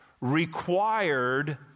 required